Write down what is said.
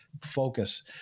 focus